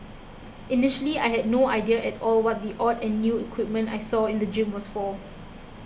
initially I had no idea at all what the odd and new equipment I saw in the gym was for